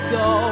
go